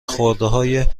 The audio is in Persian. خردهای